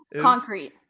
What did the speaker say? Concrete